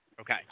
Okay